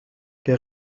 que